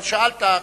אבל שאלת.